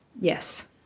yes